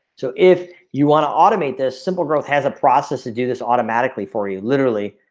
so if you wanna automate this simple growth has a process to do this automatically for you literally